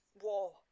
war